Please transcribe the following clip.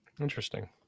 Interesting